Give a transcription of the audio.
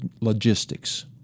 Logistics